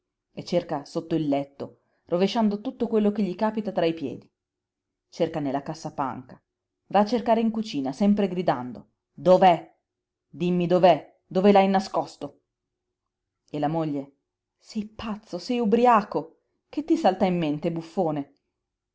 e cerca sotto il letto rovesciando tutto quello che gli capita tra i piedi cerca nella cassapanca va a cercare in cucina sempre gridando dov'è dimmi dov'è dove l'hai nascosto e la moglie sei pazzo sei ubriaco che ti salta in mente buffone